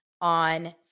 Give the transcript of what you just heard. on